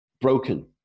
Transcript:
broken